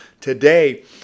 today